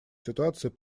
ситуацией